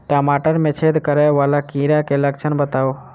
टमाटर मे छेद करै वला कीड़ा केँ लक्षण बताउ?